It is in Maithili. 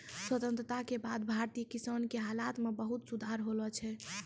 स्वतंत्रता के बाद भारतीय किसान के हालत मॅ बहुत सुधार होलो छै